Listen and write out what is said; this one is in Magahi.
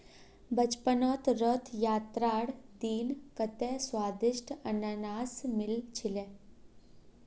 बचपनत रथ यात्रार दिन कत्ते स्वदिष्ट अनन्नास मिल छिले